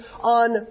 on